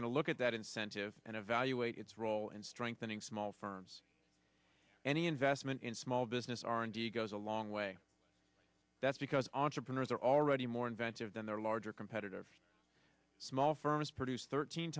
going to look at that incentive and evaluate its role in strengthening small firms any investment in small business r and d goes a long way that's because entrepreneurs are already more inventive than their larger competitor small firms produce thirteen